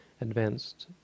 advanced